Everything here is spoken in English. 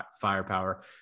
firepower